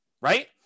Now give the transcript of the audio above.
Right